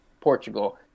Portugal